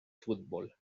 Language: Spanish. fútbol